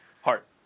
Heart